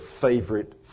favorite